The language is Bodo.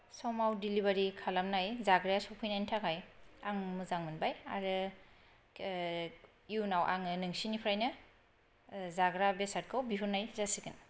समाव डेलिबारि खालामनाय जाग्राया सफैनायनि थाखाय आं मोजां मोनबाय आरो इयुनाव आङो नोंसोरनिफ्रायनो जाग्रा बेसादखौ बिहरनाय जासिगोन